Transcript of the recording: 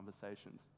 conversations